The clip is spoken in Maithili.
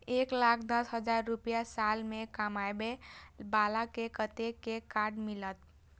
एक लाख दस हजार रुपया साल में कमाबै बाला के कतेक के कार्ड मिलत?